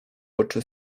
oczy